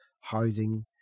housing